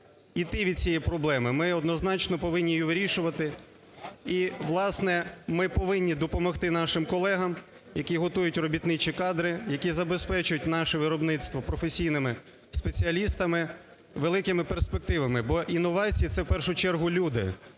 йти від цієї проблеми, ми однозначно повинні її вирішувати. І, власне, ми повинні допомогти нашим колегам, які готують робітничі кадри, які забезпечують наше виробництво професійними спеціалістами, великими перспективами. Бо інновації – це в першу чергу люди,